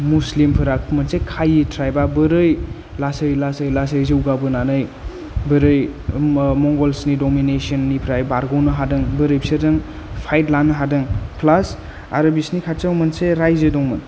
मुसलिमफोरा मोनसे कायि ट्राइबआ बोरै लासै लासै लासै जौगाबोनानै बोरै मंगलसनि डमिनेसननिफ्राय बारग'नो हादों बोरै बिसोरजों फाइथ खालामनो हादों प्लास आरो बिसोरनि खाथियाव मोनसे रायजो दंमोन